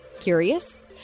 Curious